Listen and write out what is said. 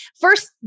first